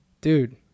dude